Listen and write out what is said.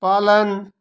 पालन